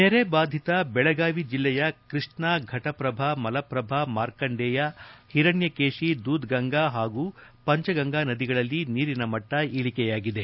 ನೆರೆ ಬಾಧಿತ ಬೆಳಗಾವಿ ಜಿಲ್ಲೆಯ ಕೃಷ್ಣ ಫಟಪ್ರಭಾ ಮಲಪ್ರಭಾ ಮಾರ್ಕಂಡೇಯ ಹಿರಣ್ಯಕೇಶಿ ದೊದ್ಗಂಗಾ ಹಾಗೂ ಪಂಚಗಂಗಾ ನದಿಗಳಲ್ಲಿ ನೀರಿನ ಮಟ್ಟ ಇಳಿಕೆಯಾಗಿದೆ